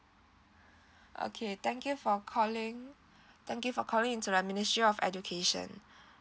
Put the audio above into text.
okay thank you for calling thank you for calling in to the ministry of education